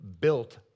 built